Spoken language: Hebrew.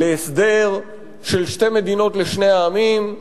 להסדר של שתי מדינות לשני העמים.